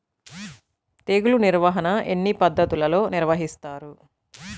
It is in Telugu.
తెగులు నిర్వాహణ ఎన్ని పద్ధతులలో నిర్వహిస్తారు?